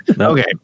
okay